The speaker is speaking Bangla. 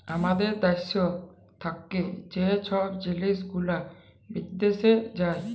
আমাদের দ্যাশ থ্যাকে যে ছব জিলিস গুলা বিদ্যাশে যায়